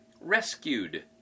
rescued